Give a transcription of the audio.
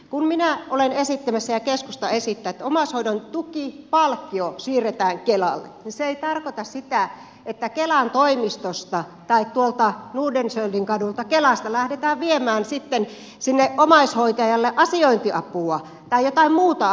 kun minä olen esittämässä ja keskusta esittää että omaishoidon tukipalkkio siirretään kelalle niin se ei tarkoita sitä että kelan toimistosta tai tuolta nordenskiöldinkadulta kelasta lähdetään viemään sitten sinne omaishoitajalle asiointiapua tai jotain muuta apua